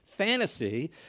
fantasy